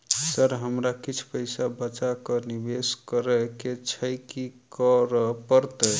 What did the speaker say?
Sir हमरा किछ पैसा बचा कऽ निवेश करऽ केँ छैय की करऽ परतै?